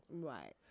Right